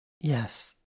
Yes